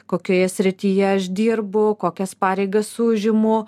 kokioje srityje aš dirbu kokias pareigas užimu